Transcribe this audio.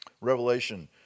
Revelation